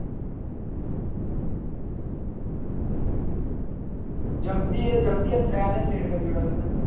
जल्दी ऐ जल्दी ऐ त्रै दिन लेट करी ओड़ी तुसें